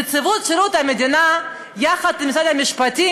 נציבות שירות המדינה יחד עם משרד המשפטים